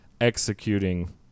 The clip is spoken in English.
executing